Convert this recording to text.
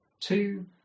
Two